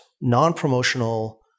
non-promotional